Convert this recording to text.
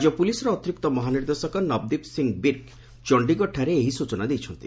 ରାଜ୍ୟ ପୁଲିସ୍ର ଅତିରିକ୍ତ ମହାନିର୍ଦ୍ଦେଶକ ନବଦୀପ ସିଂହ ବିର୍କ୍ ଚଣ୍ଡିଗଡ଼ଠାରେ ଏହି ସୂଚନା ଦେଇଛନ୍ତି